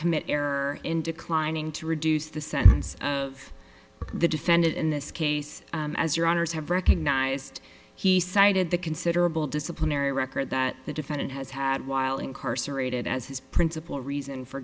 commit error in declining to reduce the sentence of the defendant in this case as your honors have recognized he cited the considerable disciplinary record that the defendant has had while incarcerated as his principal reason for